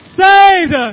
saved